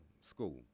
school